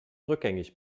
rückgängig